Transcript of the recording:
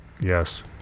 yes